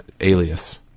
Alias